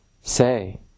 say